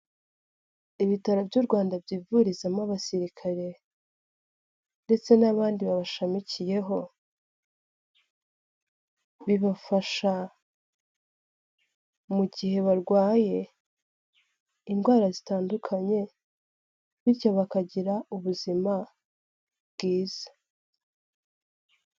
Ibitaro by'u Rwanda byivurizamo abasirikare, ndetse n'abandi babashamikiyeho, bibafasha mu gihe barwaye indwara zitandukanye, bityo bakagira ubuzima bwiza.